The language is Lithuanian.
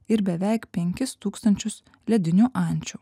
ir beveik penkis tūkstančius ledinių ančių